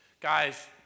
Guys